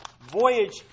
voyage